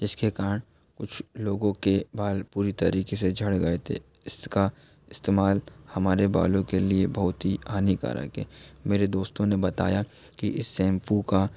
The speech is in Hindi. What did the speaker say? जिसके कारण कुछ लोगों के बाल पूरी तरीके से झड़ गए थे इसका इस्तेमाल हमारे बालों के लिए बहुत ही हानिकारक है मेरे दोस्तों ने बताया कि इस शैंपू का